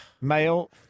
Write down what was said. Male